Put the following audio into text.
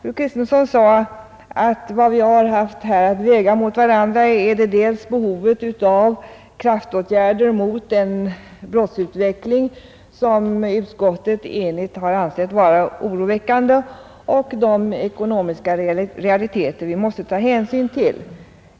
Fru Kristensson sade att vad vi här har haft att väga mot varandra är dels behovet av kraftåtgärder mot den brottsutveckling som utskottet enhälligt ansett vara oroväckande, dels de ekonomiska realiteter vi måste ta hänsyn till.